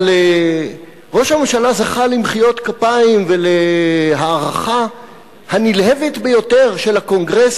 אבל ראש הממשלה זכה למחיאות כפיים ולהערכה הנלהבת ביותר של הקונגרס